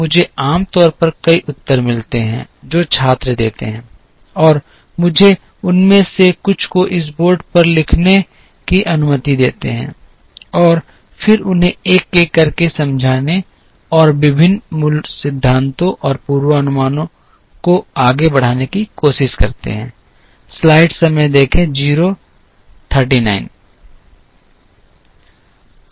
मुझे आम तौर पर कई उत्तर मिलते हैं जो छात्र देते हैं और मुझे उनमें से कुछ को इस बोर्ड पर लिखने की अनुमति देते हैं और फिर उन्हें एक एक करके समझाने और विभिन्न मूल सिद्धांतों और पूर्वानुमानों को आगे बढ़ाने की कोशिश करते हैं